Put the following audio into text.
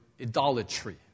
idolatry